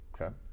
Okay